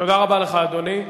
תודה רבה לך, אדוני.